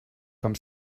com